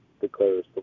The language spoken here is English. declares